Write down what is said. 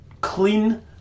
clean